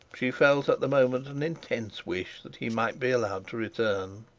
she felt at the moment an intense wish that he might be allowed to return.